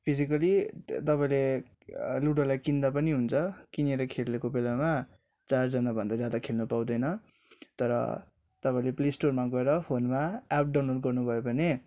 physically तपाईँले लुडोलाई किन्दा पनि हुन्छ किनेर खेलेको बेलामा चारजनाभन्दा ज्यादा खेल्न पाउँदैन तर तपाईँले प्ले स्टोरमा गएर फोनमा एप्प डाउनलोड गर्नु भयो भने